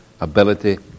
ability